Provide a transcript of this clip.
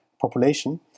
population